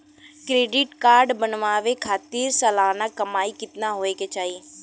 Credit card बनवावे खातिर सालाना कमाई कितना होए के चाही?